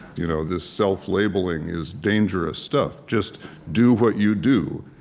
you know this self-labeling is dangerous stuff. just do what you do.